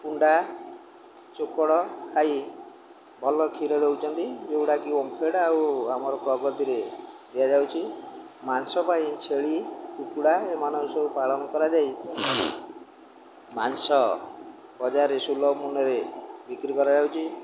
କୁଣ୍ଡା ଚୋକଡ଼ ଖାଇ ଭଲ କ୍ଷୀର ଦଉଛନ୍ତି ଯେଉଁଗୁଡ଼ାକି ଓମ୍ଫେଡ଼୍ ଆଉ ଆମର ପ୍ରଗତିରେ ଦିଆଯାଉଛି ମାଂସ ପାଇଁ ଛେଳି କୁକୁଡ଼ା ଏମାନଙ୍କୁ ସବୁ ପାଳନ କରାଯାଇ ମାଂସ ବଜାରରେ ସୁଲଭ ମୂଲ୍ୟରେ ବିକ୍ରି କରାଯାଉଛି